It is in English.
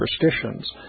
superstitions